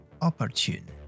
opportune